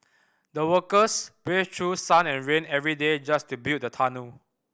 the workers braved through sun and rain every day just to build the tunnel